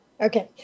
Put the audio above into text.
Okay